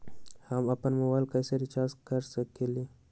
हम अपन मोबाइल कैसे रिचार्ज कर सकेली?